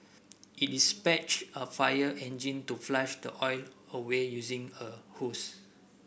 it dispatched a fire engine to flush the oil away using a hose